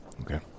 okay